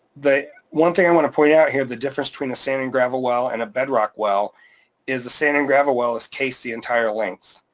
one thing i wanna point out here, the difference between the sand and gravel well and a bedrock well is the sand and gravel well is cased the entire length.